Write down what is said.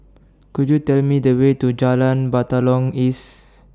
Could YOU Tell Me The Way to Jalan Batalong East